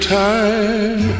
time